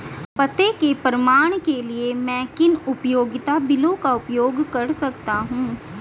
पते के प्रमाण के लिए मैं किन उपयोगिता बिलों का उपयोग कर सकता हूँ?